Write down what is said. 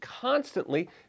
constantly